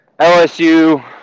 LSU